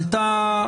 עלתה